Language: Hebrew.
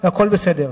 והכול בסדר.